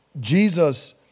Jesus